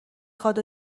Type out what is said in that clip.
خواد